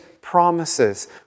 promises